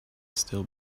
still